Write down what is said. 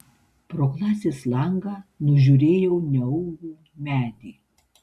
pro klasės langą nužiūrėjau neaugų medį